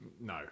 No